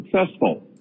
successful